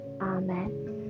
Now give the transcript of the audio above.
Amen